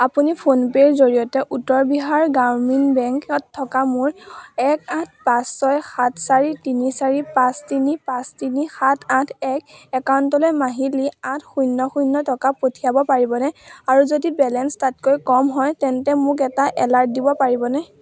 আপুনি ফোনপে'ৰ জৰিয়তে উত্তৰ বিহাৰ গ্ৰামীণ বেংকত থকা মোৰ এক আঠ পাঁচ ছয় সাত চাৰি তিনি চাৰি পাঁচ তিনি পাঁচ তিনি সাত আঠ এক একাউণ্টলৈ মাহিলী আঠ শূন্য শূন্য টকা পঠিয়াব পাৰিবনে আৰু যদি বেলেঞ্চ তাতকৈ কম হয় তেন্তে মোক এটা এলাৰ্ট দিব পাৰিবনে